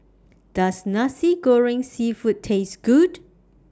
Does Nasi Goreng Seafood Taste Good